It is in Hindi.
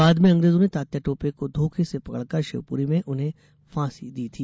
बाद में अंग्रेजों ने तात्या टोपे को धोखे से पकड़ कर शिवपुरी में उन्हें फांसी दी थी